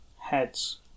Heads